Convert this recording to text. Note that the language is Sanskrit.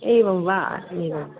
एवं वा एवं वा